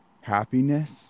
happiness